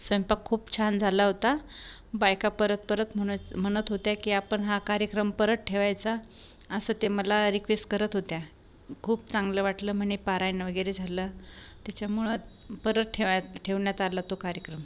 स्वैंपाक खूप छान झाला होता बायका परत परत म्हनच म्हणत होत्या की आपण हा कार्यक्रम परत ठेवायचा असं ते मला रिक्वेस् करत होत्या खूप चांगलं वाटलं म्हणे पारायण वगैरे झालं त्याच्यामुळं परत ठेवाय ठेवण्यात आला तो कार्यक्रम